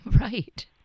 Right